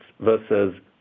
versus